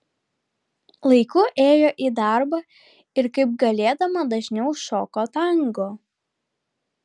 laiku ėjo į darbą ir kaip galėdama dažniau šoko tango